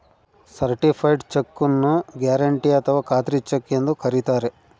certified cheque ನ್ನು guarantee ಅಥಾವ ಖಾತ್ರಿ ಚೆಕ್ ಎಂದು ಕರಿತಾರೆ